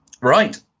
right